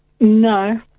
No